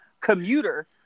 commuter